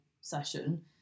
session